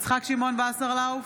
יצחק שמעון וסרלאוף,